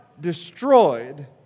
destroyed